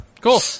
Cool